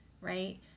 right